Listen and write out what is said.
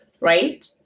Right